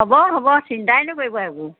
হ'ব হ'ব চিন্তাই নকৰিব একো